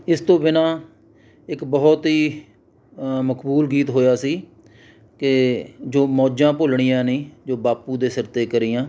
ਇਸ ਤੋਂ ਬਿਨਾ ਇੱਕ ਬਹੁਤ ਹੀ ਮਕਬੂਲ ਗੀਤ ਹੋਇਆ ਸੀ ਕਿ ਜੋ ਮੌਜਾਂ ਭੁੱਲਣੀਆਂ ਨਹੀਂ ਜੋ ਬਾਪੂ ਦੇ ਸਿਰ 'ਤੇ ਕਰੀਆਂ